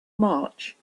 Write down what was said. march